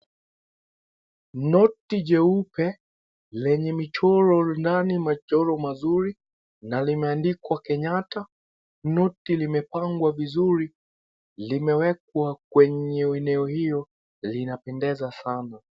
Noti jeupe lenye michoro ndani machoro mazuri na limeandikwa kenyatta . Noti limepangwa vizuri limewekwa kwenye eneo hio linapendeza sana.